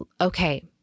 okay